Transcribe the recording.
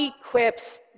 equips